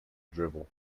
drivel